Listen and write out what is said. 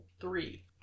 Three